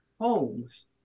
homes